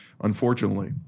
unfortunately